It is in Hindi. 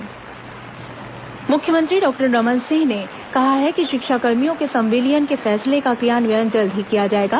मुख्यमंत्री शिक्षाकर्मी संविलियन मुख्यमंत्री डॉक्टर रमन सिंह ने कहा है कि शिक्षाकर्मियों के संविलियन के फैसले का क्रियान्वयन जल्द ही किया जाएगा